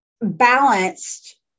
balanced